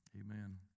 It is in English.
Amen